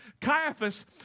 Caiaphas